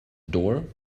door